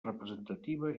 representativa